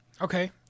Okay